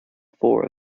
four